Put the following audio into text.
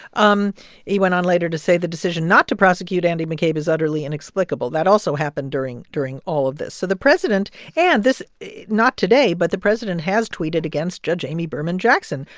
um he went on later to say the decision not to prosecute andy mccabe is utterly inexplicable. that also happened during during all of this. so the president and this not today, but the president has tweeted against judge amy berman jackson,